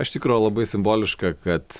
iš tikro labai simboliška kad